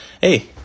Hey